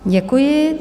Děkuji.